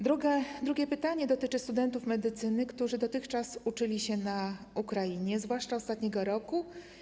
Drugie pytanie dotyczy studentów medycyny, którzy dotychczas uczyli się na Ukrainie, zwłaszcza na ostatnim roku.